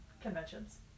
conventions